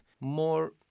more